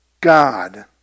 God